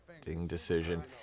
decision